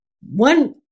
one